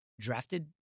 drafted